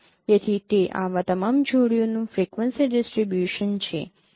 તેથી તે આવા તમામ જોડીઓનું ફ્રિક્વન્સી ડિસ્ટ્રિબ્યુશન છે